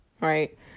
Right